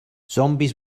zombies